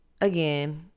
again